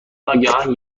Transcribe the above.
ناگهان